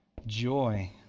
joy